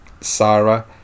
Sara